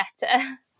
better